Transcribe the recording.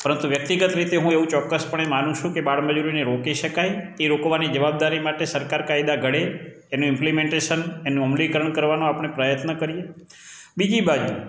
પરંતુ વ્યક્તિગત રીતે હું એવું ચોક્કસપણે માનું છું કે બાળમજૂરીને રોકી શકાય એ રોકવાની જવાબદારી માટે સરકાર કાયદા ઘડે એનું ઇમ્પલીમેટેશન એનું અમલીકરણ કરવાનું આપણે પ્રયત્ન કરીએ બીજી બાજુ